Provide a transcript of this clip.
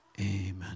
Amen